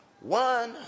One